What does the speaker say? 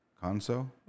console